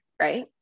right